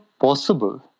possible